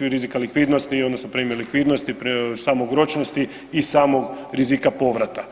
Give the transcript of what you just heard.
rizika likvidnosti odnosno premije likvidnosti, samog ročnosti i samog rizika povrata.